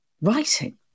writing